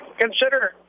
consider